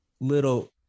little